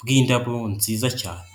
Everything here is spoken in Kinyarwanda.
bw'indabyo nziza cyane.